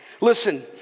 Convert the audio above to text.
Listen